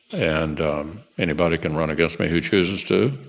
and anybody can run against me who chooses to.